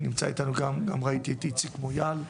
מכובדי, נמצא אתנו גם איציק מויאל,